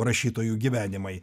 rašytojų gyvenimai